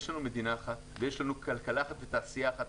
יש לנו מדינה אחת ויש לנו כלכלה אחת ותעשייה אחת.